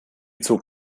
zog